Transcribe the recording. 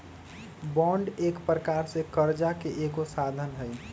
bond एक प्रकार से करजा के एगो साधन हइ